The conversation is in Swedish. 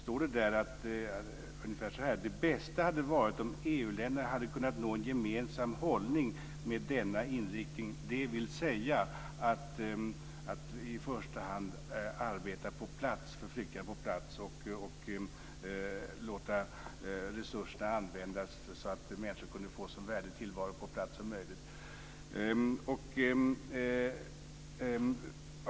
Där står det ungefär så här: Det bästa hade varit om EU länderna hade kunnat nå en gemensam hållning med denna inriktning, dvs. att i första hand arbeta för flyktingarna på plats och låta resurserna användas så att människor kunde få en så värdig tillvaro på plats som möjligt.